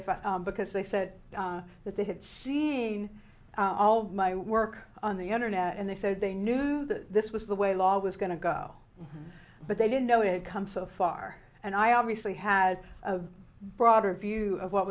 i because they said that they had seen all of my work on the internet and they said they knew that this was the way law was going to go but they didn't know it come so far and i obviously had a broader view of what